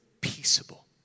peaceable